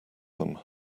them